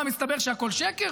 מה, מסתבר שהכול שקר?